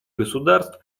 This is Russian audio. государств